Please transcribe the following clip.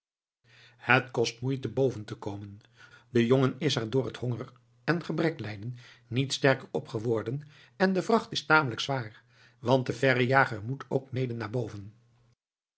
het kost moeite boven te komen de jongen is er door het hongeren gebreklijden niet sterker op geworden en de vracht is tamelijk zwaar want de verrejager moet ook mede naar boven